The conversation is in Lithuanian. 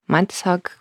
man tiesiog